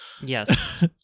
Yes